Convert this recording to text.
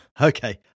Okay